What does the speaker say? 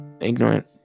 Ignorant